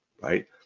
right